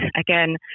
again